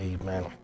Amen